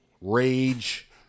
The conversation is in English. rage